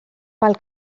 pel